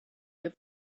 give